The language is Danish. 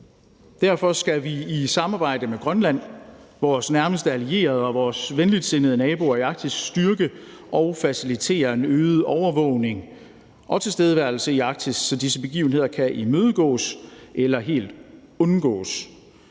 Derfor skal vi i samarbejde med Grønland, vores nærmeste allierede og vores venligsindede naboer i Arktis styrke og facilitere en øget overvågning og tilstedeværelse i Arktis, så disse begivenheder kan imødegås eller helt undgås